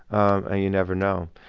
ah you never know.